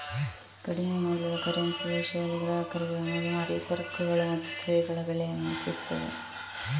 ಕಡಿಮೆ ಮೌಲ್ಯದ ಕರೆನ್ಸಿ ದೇಶದಲ್ಲಿ ಗ್ರಾಹಕರಿಗೆ ಆಮದು ಮಾಡಿದ ಸರಕುಗಳು ಮತ್ತು ಸೇವೆಗಳ ಬೆಲೆಯನ್ನ ಹೆಚ್ಚಿಸ್ತದೆ